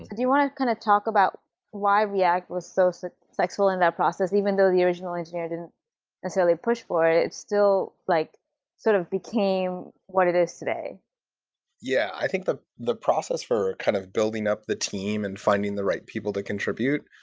do you want to kind of talk about why react was so so successful in that process even though the original engineer necessarily pushed for it? it it still like sort of became what it is today yeah. i think the the process for kind of building up the team and finding the right people to contribute,